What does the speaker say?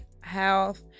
health